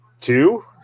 two